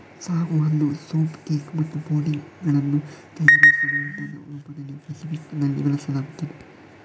sago ಅನ್ನು soup cake ಮತ್ತು pudding ಗಳನ್ನು ತಯಾರಿಸಲು ಊಟದ ರೂಪದಲ್ಲಿ ಫೆಸಿಫಿಕ್ ನಲ್ಲಿ ಬಳಸಲಾಗುತ್ತದೆ